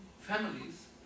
families